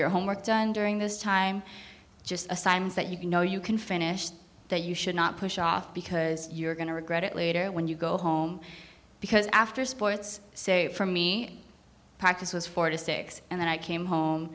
your homework done during this time just a signs that you can know you can finish that you should not push off because you're going to regret it later when you go home because after sports say for me practice was four to six and then i came home